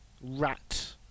Rat